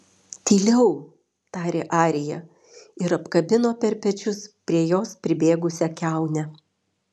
tyliau tarė arija ir apkabino per pečius prie jos pribėgusią kiaunę